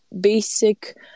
basic